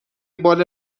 بال